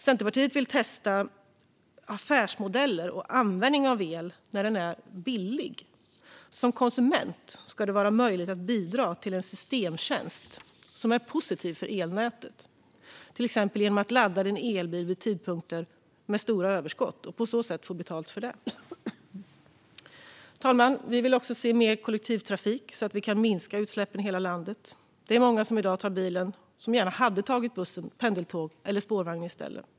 Centerpartiet vill testa affärsmodeller och användning av el när den är billig. Som konsument ska man ha möjlighet att bidra till en systemtjänst som är positiv för elnätet, till exempel genom att ladda sin elbil vid tidpunkter med stora överskott och på så sätt få betalt för det. Fru talman! Vi vill också se mer kollektivtrafik så att vi kan minska utsläppen i hela landet. Det är många som i dag tar bilen som gärna hade tagit bussen, pendeltåget eller spårvagnen i stället.